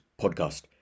podcast